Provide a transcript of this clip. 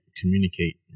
communicate